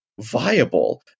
viable